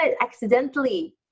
accidentally